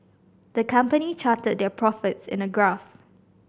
the company charted their profits in a graph